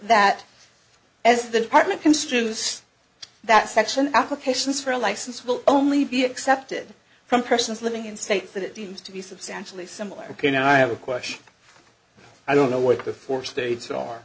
that as the department construes that section applications for a license will only be accepted from persons living in states that it deems to be substantially similar ok now i have a question i don't know what before states are